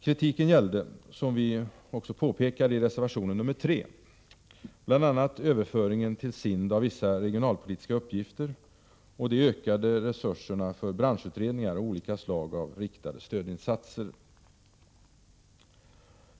Kritiken gällde — som vi påpekar i reservation nr 3 — bl.a. överföringen till SIND av vissa regionalpolitiska uppgifter och de ökade resurserna för branschutredningar och olika slag av riktade stödinsatser.